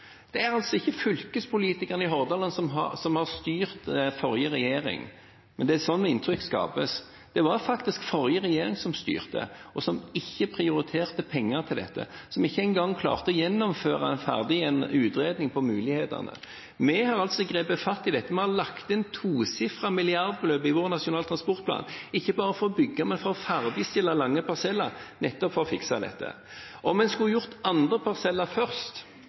ikke fylkespolitikerne i Hordaland som styrte den forrige regjeringen, men det inntrykket blir skapt. Det var faktisk den forrige regjeringen som styrte, og som ikke prioriterte penger til dette, og som ikke engang klarte å gjøre ferdig en utredning om mulighetene. Vi har grepet fatt i dette. Vi har lagt inn et tosifret milliardbeløp i vår Nasjonal transportplan – ikke bare for å bygge, men også for å ferdigstille lange parseller, nettopp for å fikse dette. Om vi skulle tatt andre parseller først